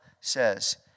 says